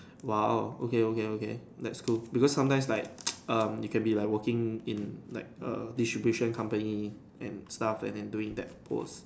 !wow! okay okay okay that's cool because sometimes like um you can be like working in like err distribution company and stuff and then doing that post